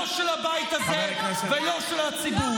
לא של הבית הזה ולא של הציבור.